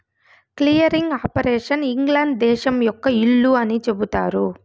clearing operation England దేశం యొక్క ఇల్లు అని చెబుతారు